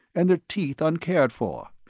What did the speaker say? and their teeth uncared for,